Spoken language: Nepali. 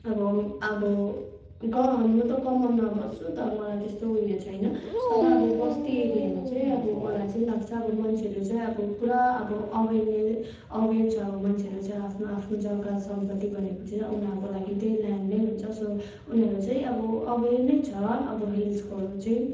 अब अब गाउँ हाम्रो त कमानमा बस्छु त मलाई त्यस्तो उयो छैन तर अब बस्ती एरियामा चाहिँ अब मलाई चाहिँ लाग्छ मान्छेहरू चाहिँ अब पुरा अब अवेरनेस अवेर छ मन्छेहरू चाहिँ आफ्नो आफ्नो जग्गा सम्पति भनेपछि उनीहरूको लागि त्यही ल्यान्ड नै हुन्छ सो उनीहरू चाहिँ अब अवेर नै छ अब हिल्सकोहरू चाहिँ